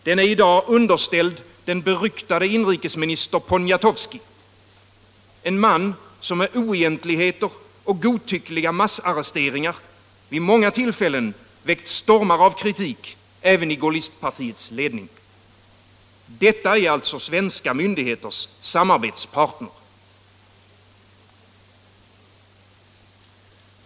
Den är i dag underställd den beryktade inrikesminister Poniatowski — en man som med oegentligheter och godtyckliga massarresteringar vid många tillfällen väckt stormar av kritik även i gaullistpartiets ledning. Detta är alltså svenska myndigheters samarbetspartner.